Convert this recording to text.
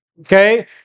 Okay